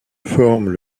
forment